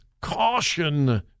caution